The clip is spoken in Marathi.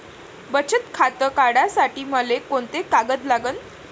बचत खातं काढासाठी मले कोंते कागद लागन?